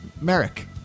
Merrick